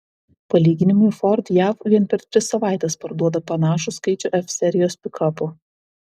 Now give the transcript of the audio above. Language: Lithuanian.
palyginimui ford jav vien per tris savaites parduoda panašų skaičių f serijos pikapų